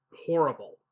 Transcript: horrible